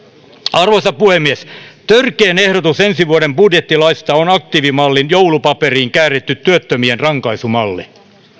arvoisa puhemies törkein ehdotus ensi vuoden budjettilaeista on aktiivimallijoulupaperiin kääritty työttömien rankaisumalli